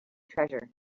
treasure